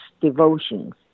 devotions